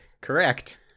Correct